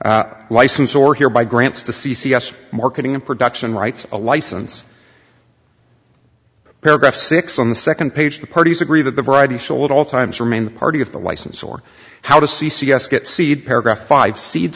a license or hereby grants to c c s marketing and production rights a license paragraph six on the second page the parties agree that the variety show at all times remain the party of the license or how to c c s get seed paragraph five seed